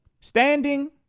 standing